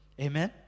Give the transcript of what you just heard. Amen